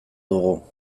dugu